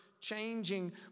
changing